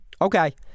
Okay